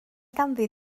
ganddi